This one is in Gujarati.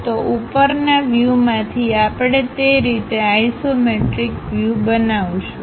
તો ઉપરના વ્યૂમાંથી આપણે તે રીતે આઇસોમેટ્રિક વ્યૂ બનાવીશું